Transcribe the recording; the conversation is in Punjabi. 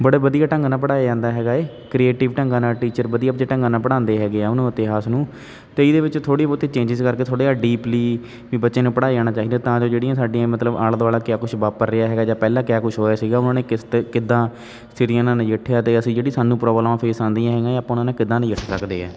ਬੜੇ ਵਧੀਆ ਢੰਗ ਨਾਲ ਪੜ੍ਹਾਇਆ ਜਾਂਦਾ ਹੈਗਾ ਏ ਕ੍ਰੀਏਟਿਵ ਢੰਗਾਂ ਨਾਲ ਟੀਚਰ ਵਧੀਆ ਆਪਦੇ ਢੰਗਾਂ ਨਾਲ ਪੜ੍ਹਾਉਂਦੇ ਹੈਗੇ ਆ ਉਹਨੂੰ ਇਤਿਹਾਸ ਨੂੰ ਅਤੇ ਇਹਦੇ ਵਿੱਚ ਥੋੜ੍ਹੀ ਬਹੁਤੀ ਚੇਂਜਿਸ ਕਰਕੇ ਥੋੜ੍ਹਾ ਡੀਪਲੀ ਬੱਚੇ ਨੂੰ ਪੜ੍ਹਾਏ ਜਾਣਾ ਚਾਹੀਦਾ ਤਾਂ ਜੋ ਜਿਹੜੀਆਂ ਸਾਡੀਆਂ ਮਤਲਬ ਆਲਾ ਦੁਆਲਾ ਕਿਆ ਕੁਝ ਵਾਪਰ ਰਿਹਾ ਹੈਗਾ ਜਾਂ ਪਹਿਲਾਂ ਕਿਆ ਕੁਝ ਹੋਇਆ ਸੀਗਾ ਉਹਨਾਂ ਨੇ ਕਿਸਤ ਕਿੱਦਾਂ ਸਿਰੀਆਂ ਨਾਲ ਨਜਿੱਠਿਆ ਅਤੇ ਅਸੀਂ ਜਿਹੜੀ ਸਾਨੂੰ ਪ੍ਰੋਬਲਮ ਫੇਸ ਆਉਂਦੀਆਂ ਹੈਗੀਆਂ ਆਪਾਂ ਉਹਨਾਂ ਨਾਲ ਕਿੱਦਾਂ ਨਜਿੱਠ ਸਕਦੇ ਹੈ